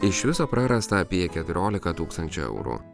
iš viso prarasta apie keturiolika tūkstančių eurų